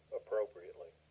appropriately